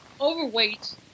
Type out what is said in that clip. overweight